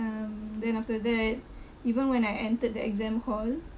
um then after that even when I entered the exam hall